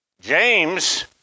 James